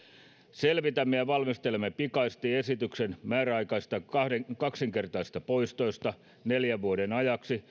selvitämme ja valmistelemme pikaisesti esityksen määräaikaisista kaksinkertaisista poistoista neljän vuoden ajaksi